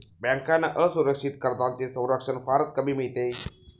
बँकांना असुरक्षित कर्जांचे संरक्षण फारच कमी मिळते